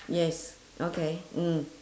yes okay mm